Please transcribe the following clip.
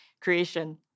creation